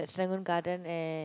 Serangoon-Garden at